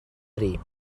three